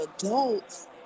adults